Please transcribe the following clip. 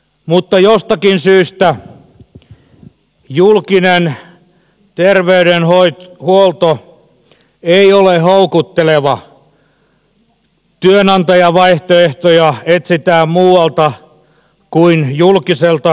mutta jostakin syystä julkinen terveydenhuolto ei ole houkutteleva työnantajavaihtoehtoja etsitään muualta kuin julkiselta sektorilta